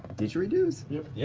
didgeridoos? yeah yeah